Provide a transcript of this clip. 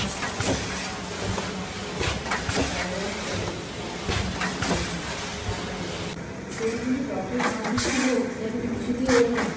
তাছাড়াও ওইখানকার রাস্তার মধ্যে আঁকা আছে বড়ো বড়ো করে লেখা আছে মুকুটমণিপুর রাস্তার ওপরে সেটা কিন্তু যত ঝড় বৃষ্টি হোক সেটা কিন্তু কিছুতেই ওঠে না